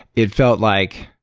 it felt like